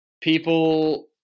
people